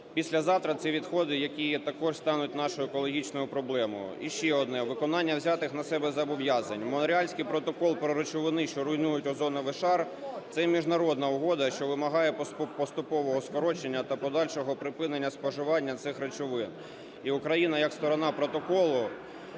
Післязавтра – це відходи, які також стануть нашою екологічною проблемою. І ще одне: виконання взятих на себе зобов’язань. Монреальський протокол про речовини, що руйнують озоновий шар – це міжнародна угода, що вимагає поступового скорочення та подальшого припинення споживання цих речовин. І Україна як сторона протоколу,